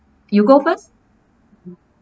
you go first